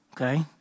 okay